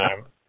time